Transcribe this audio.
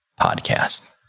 podcast